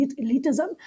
elitism